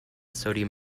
sodium